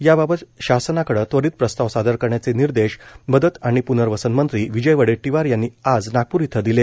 याबाबत शासनाकडे त्वरित प्रस्ताव सादर करण्याचे निर्देश मदत आणि पूर्नवसन मंत्री विजय वडेट्टीवार यांनी आज नागपूर इथं दिले